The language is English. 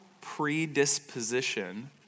predisposition